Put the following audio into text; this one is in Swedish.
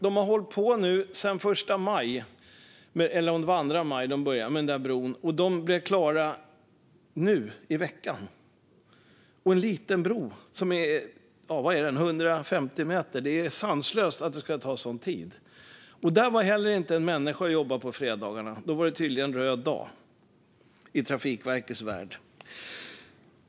De har hållit på med den bron sedan den 1 maj - eller om det var den 2 maj de började - och de blev klara nu i veckan. Det är en liten bro, kanske 150 meter lång. Det är sanslöst att det ska ta sådan tid. Där var heller inte en människa och jobbade på fredagarna; då var det tydligen röd dag i Trafikverkets värld.